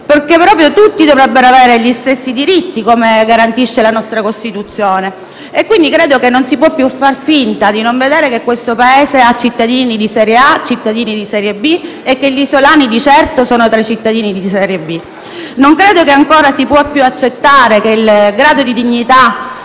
perché proprio tutti dovrebbero avere gli stessi diritti, come garantisce la nostra Costituzione. Credo, quindi, che non si possa più far finta di non vedere che questo Paese ha cittadini di serie A e cittadini di serie B e che gli isolani di certo sono tra i cittadini di serie B. Non credo si possa ancora più accettare che il grado di dignità